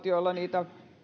joilla